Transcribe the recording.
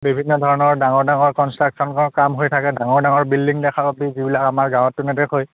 বিভিন্ন ধৰণৰ ডাঙৰ ডাঙৰ কনষ্ট্ৰাকশ্যনৰ কাম হৈ থাকে ডাঙৰ ডাঙৰ বিল্ডিং দেখা পাবি যিবিলাক আমাৰ গাঁৱতটো নেদেখয়